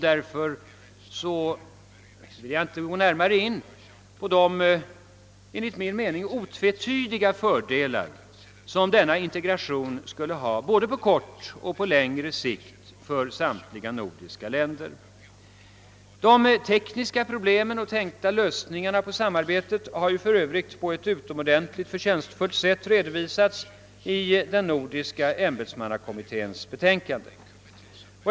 Därför vill jag inte gå närmare in på de enligt min mening otvetydiga fördelar som denna integration skulle ha både på kort och på längre sikt för samtliga nordiska länder. De tekniska problemen och de tänkta lösningarna på samarbetet har för övrigt på ett utomordentligt förtjänstfullt sätt redovisats i den nordiska ämbetsmannakommitténs betänkande.